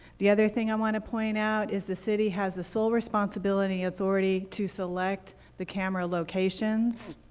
the other thing i want to point out is the city has the sole responsibility authority to select the camera locations.